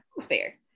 Fair